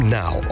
now